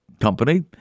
company